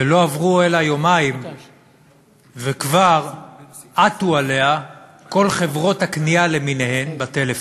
ולא עברו אלא יומיים וכבר עטו עליה כל חברות הקנייה למיניהן בטלפון.